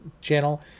channel